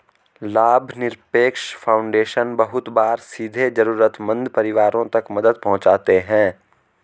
लाभनिरपेक्ष फाउन्डेशन बहुत बार सीधे जरूरतमन्द परिवारों तक मदद पहुंचाते हैं